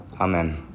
Amen